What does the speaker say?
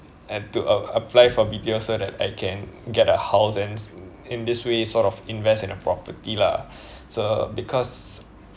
and to uh apply for B_T_O so that I can get a house and in this way sort of invest in a property lah so because